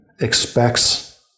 expects